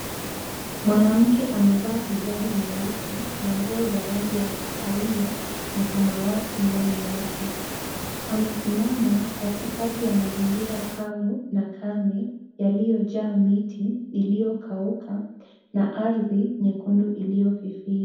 Mwanamke amevaa hijabu nyeusi na nguo za rangi ya kahawia na samawati ndani yake . Amesimama katikati ya mazingira kavu na kame yaliyojaa miti iliyokauka na ardhi nyekundu iliyofifia.